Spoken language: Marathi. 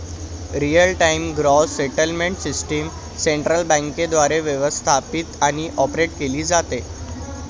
real time gross settlement system central बँकेद्वारे व्यवस्थापित आणि ऑपरेट केली जाते